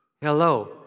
Hello